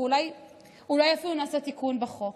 ואולי אפילו נעשה תיקון בחוק,